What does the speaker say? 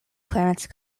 clarence